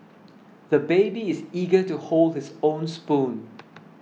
the baby is eager to hold his own spoon